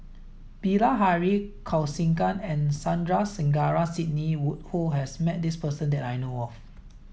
Bilahari Kausikan and Sandrasegaran Sidney Woodhull has met this person that I know of